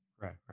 Right